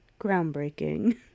Groundbreaking